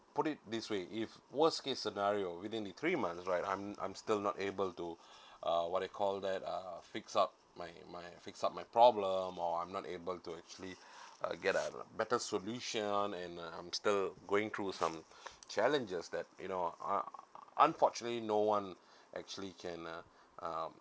put it this way if worst case scenario within the three month right I'm I'm still not able to uh what they call that uh fix up my my fix up my problem or I'm not able to actually uh get a better solution on and I'm still going through some challenges that you know uh unfortunately no one actually can uh uh